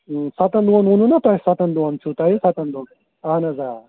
سَتَن دۄہَن ووٚنوٕ نا تۄہہِ سَتَن دۄہَن چھُو تۄہہِ سَتَن دۄہَن اَہَن حظ آ